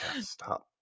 stop